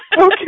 Okay